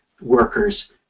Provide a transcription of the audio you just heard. workers